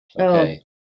okay